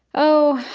oh,